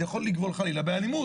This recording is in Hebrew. זה יכול לגבול חלילה באלימות.